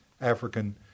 African